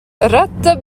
رتب